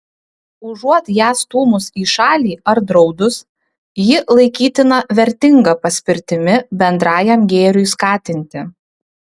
užuot ją stūmus į šalį ar draudus ji laikytina vertinga paspirtimi bendrajam gėriui skatinti